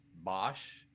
bosch